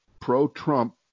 pro-Trump